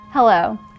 Hello